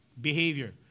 behavior